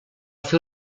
fer